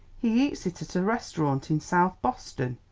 he eats it at a restaurant in south boston.